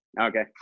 Okay